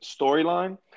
storyline